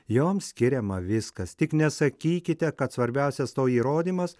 joms skiriama viskas tik nesakykite kad svarbiausias to įrodymas